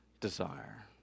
desire